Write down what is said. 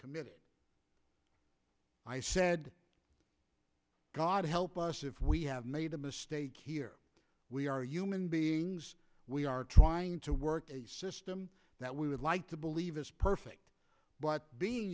committed i said god help us if we have made a mistake here we are human beings we are trying to work a system that we would like to believe is perfect but being